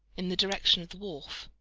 in the direction of the wharf.